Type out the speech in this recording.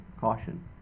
caution